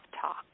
talk